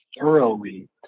thoroughly